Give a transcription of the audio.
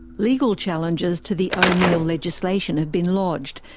legal challenges to the o'neill legislation have been lodged,